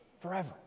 forever